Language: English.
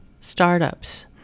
startups